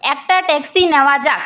একটা ট্যাক্সি নেওয়া যাক